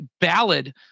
ballad